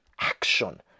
action